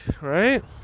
right